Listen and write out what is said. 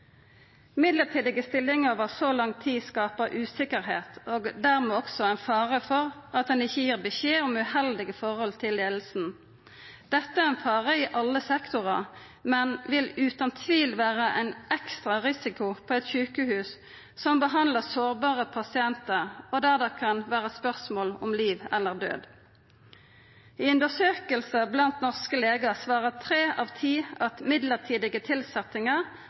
Midlertidige stillingar over så lang tid skaper usikkerheit og dermed også ein fare for at ein ikkje gir beskjed om uheldige forhold til leiinga. Dette er ein fare i alle sektorar, men vil utan tvil vera ein ekstra risiko på eit sjukehus som behandlar sårbare pasientar, og der det kan vera spørsmål om liv eller død. I undersøkingar blant norske legar svarer tre av ti at midlertidige